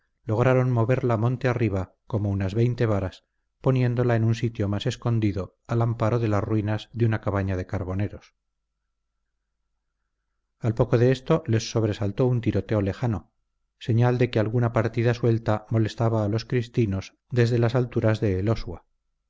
lograron moverla monte arriba como unas veinte varas poniéndola en un sitio más escondido al amparo de las ruinas de una cabaña de carboneros a poco de esto les sobresaltó un tiroteo lejano señal de que alguna partida suelta molestaba a los cristinos desde las alturas de elosua